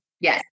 Yes